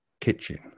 kitchen